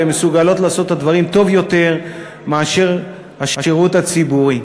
והן מסוגלות לעשות את הדברים טוב יותר מאשר השירות הציבורי.